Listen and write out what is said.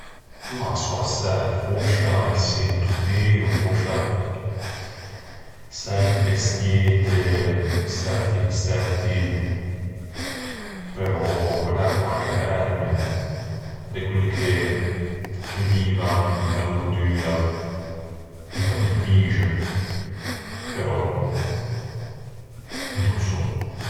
Mah, sò assæ, fòscia i çentopê, ò fòscia çerte bestiete, çerti insetti, però... Magara quarche verme, de quelli che vivan inta lordua, inta bruttixe, però no ô sò.